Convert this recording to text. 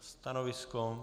Stanovisko?